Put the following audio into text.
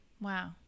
Wow